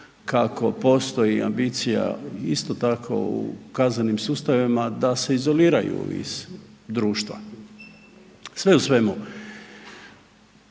kako postoji ambicija isto tako u kaznenim sustavima da se izoliraju iz društva. Sve u svemu,